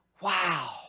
Wow